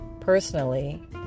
personally